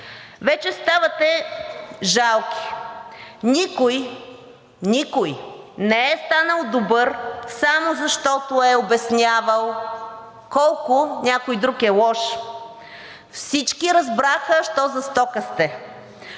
Вече ставате жалки. Никой не е станал добър, само защото е обяснявал колко някой друг е лош. Всички разбраха що за стока сте.